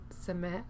submit